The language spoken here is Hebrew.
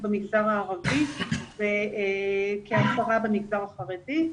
במגזר הערבי וכ-10 במגזר החרדי.